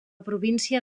província